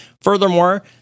Furthermore